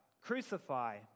crucify